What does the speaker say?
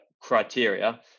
criteria